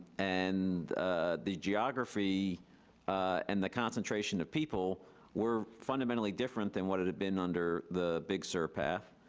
and the geography and the concentration of people were fundamentally different than what it had been under the big sur path,